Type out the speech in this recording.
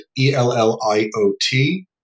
E-L-L-I-O-T